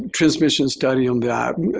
transmissions study on that, and